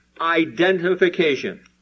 identification